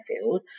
field